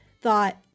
thought